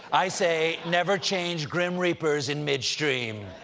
i say, never change grim reapers in mid-stream.